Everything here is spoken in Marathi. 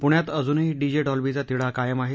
पुण्यात अजूनही डीजे डॉल्बीचा तिढा कायम आहे